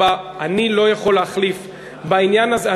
אני לא יכול להחליף בעניין הזה,